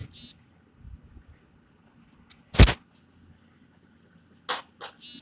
रोहिणी काल्हि सँ नगदीक बारेमे पढ़तीह